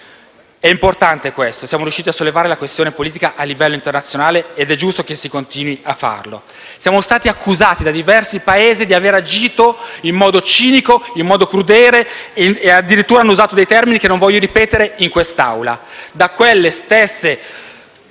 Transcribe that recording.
È importante, questo: siamo riusciti a sollevare la questione politica a livello internazionale ed è giusto che lo si continui a fare. Siamo stati accusati da diversi Paesi di aver agito in modo cinico e crudele - sono stati addirittura usati termini che non voglio ripetere in quest'Aula